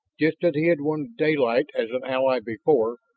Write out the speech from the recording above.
just as he had wanted daylight as an ally before,